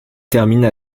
terminent